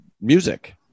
music